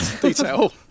detail